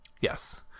Yes